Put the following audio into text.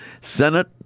Senate